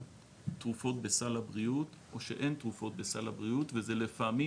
תרופות בסל הבריאות או שאין תרופות בסל הבריאות וזה לפעמים